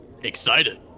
excited